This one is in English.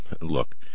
look